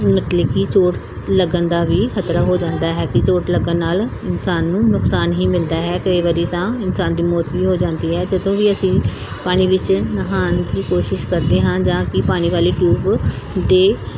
ਮਤਲਬ ਕਿ ਚੋਟ ਲੱਗਣ ਦਾ ਵੀ ਖਤਰਾ ਹੋ ਜਾਂਦਾ ਹੈ ਕਿ ਚੋਟ ਲੱਗਣ ਨਾਲ ਇਨਸਾਨ ਨੂੰ ਨੁਕਸਾਨ ਹੀ ਮਿਲਦਾ ਹੈ ਕਈ ਵਾਰੀ ਤਾਂ ਇਨਸਾਨ ਦੀ ਮੌਤ ਵੀ ਹੋ ਜਾਂਦੀ ਹੈ ਜਦੋਂ ਵੀ ਅਸੀਂ ਪਾਣੀ ਵਿੱਚ ਨਹਾਉਣ ਦੀ ਕੋਸ਼ਿਸ਼ ਕਰਦੇ ਹਾਂ ਜਾਂ ਕਿ ਪਾਣੀ ਵਾਲੀ ਟਿਊਬ ਦੇ